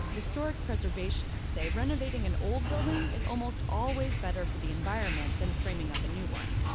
historic preservationists say renovating an old building is almost always better for the environment than framing up a new one.